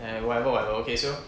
eh whatever whatever okay so